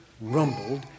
rumbled